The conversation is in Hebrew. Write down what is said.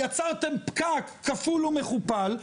יצרתם פקק כפול ומכופל,